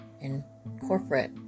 incorporate